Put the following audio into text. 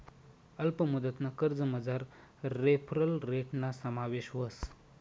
अल्प मुदतना कर्जमझार रेफरल रेटना समावेश व्हस